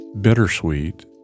bittersweet